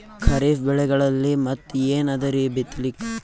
ಖರೀಫ್ ಬೆಳೆಗಳಲ್ಲಿ ಮತ್ ಏನ್ ಅದರೀ ಬಿತ್ತಲಿಕ್?